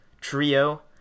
trio